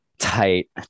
tight